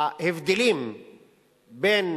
שההבדלים בין